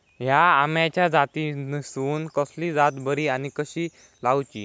हया आम्याच्या जातीनिसून कसली जात बरी आनी कशी लाऊची?